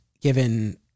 given